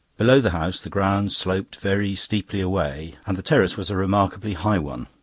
below the house the ground sloped very steeply away, and the terrace was a remarkably high one